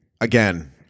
again